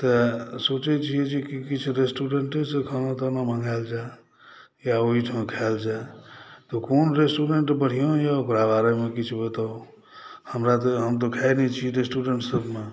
तऽ सोचैत छी जे किछु रेस्टुरेन्टेसँ खाना ताना मँगायल जाय या ओहिठाम खायल जाय तऽ कोन रेस्टुरेन्ट बढ़िआँ यए ओकरा बारेमे किछु बताउ हमरा तऽ हम तऽ खाइत नहि छी रेस्टुरेन्टसभमे